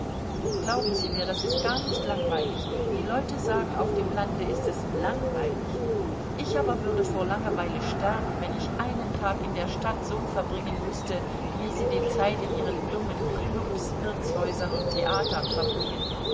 glauben sie mir das ist gar nicht langweilig die leute sagen auf dem lande ist es langweilig ich aber würde vor langweile sterben wenn ich einen tag in der stadt so verbringen müßte wie sie die zeit in ihren dummen klubs wirtshäusern und theatern verbringen